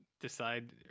decide